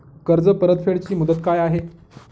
कर्ज परतफेड ची मुदत काय आहे?